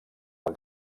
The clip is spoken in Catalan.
del